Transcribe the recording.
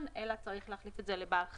אלא צריך להחליף את זה ל"בעל חיים".